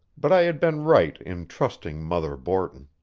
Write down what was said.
but i had been right in trusting mother borton.